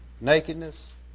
nakedness